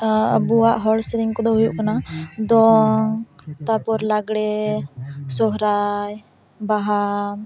ᱟᱵᱩᱭᱟᱜ ᱦᱚᱲ ᱥᱮᱨᱮᱧ ᱠᱩᱫᱚ ᱦᱩᱭᱩᱜ ᱠᱟᱱᱟ ᱫᱚᱝ ᱛᱟᱨᱯᱚᱨ ᱞᱟᱜᱽᱲᱮ ᱥᱚᱨᱦᱟᱭ ᱵᱟᱦᱟ